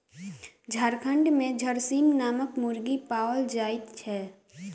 झारखंड मे झरसीम नामक मुर्गी पाओल जाइत छै